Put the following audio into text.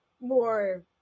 more